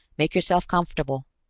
make yourself comfortable.